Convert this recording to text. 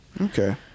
okay